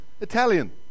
Italian